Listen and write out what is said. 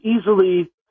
easily